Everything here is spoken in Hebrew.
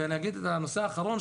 הנושא האחרון,